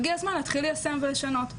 הגיע הזמן להתחיל ליישם ולשנות.